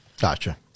gotcha